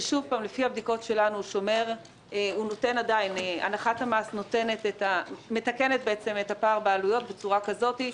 שלפי הבדיקות שלנו הנחת המס מתקנת בעצם את הפער בעלויות בצורה כזאת.